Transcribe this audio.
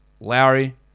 Lowry